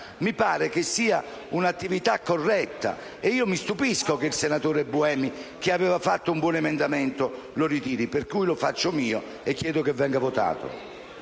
mi pare che sia un'attività corretta. Mi stupisco dunque che il senatore Buemi, che aveva fatto un buon emendamento, lo ritiri, per cui lo faccio mio e chiedo che venga votato.